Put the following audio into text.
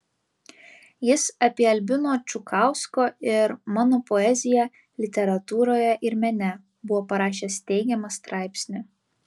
jis apie albino čukausko ir mano poeziją literatūroje ir mene buvo parašęs teigiamą straipsnį